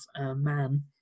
man